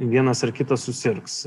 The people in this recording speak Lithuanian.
vienas ar kitas susirgs